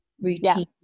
routine